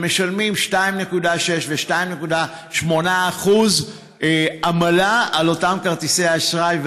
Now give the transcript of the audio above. שמשלמים 2.6% ו-2.8% עמלה על אותם כרטיסי אשראי,